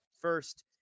First